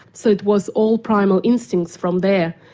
so it was all primal instincts from there.